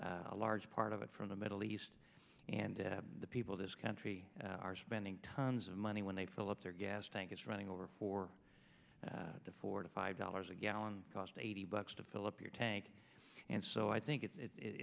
a large part of it from the middle east and the people of this country are spending tons of money when they fill up their gas tank it's running over for the four to five dollars a gallon cost eighty bucks to fill up your tank and so i think